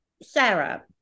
Sarah